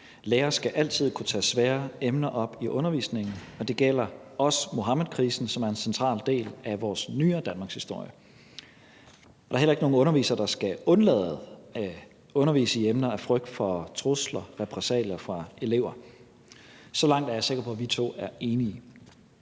Lærere skal altid kunne tage svære emner op i undervisningen, og det gælder også Muhammedkrisen, som er en central del af vores nyere danmarkshistorie. Der er heller ikke nogen undervisere, der skal undlade at undervise i emner af frygt for trusler og repressalier fra elever. Så langt er jeg sikker på at vi to er enige.